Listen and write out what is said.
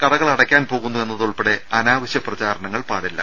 കടകൾ അടയ്ക്കാൻ പോകുന്നു എന്നതുൾപ്പെടെ അനാവശ്യ പ്രചരണങ്ങൾ പാടില്ല